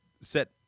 set